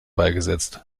beigesetzt